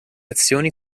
azioni